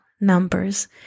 Numbers